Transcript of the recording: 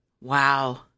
Wow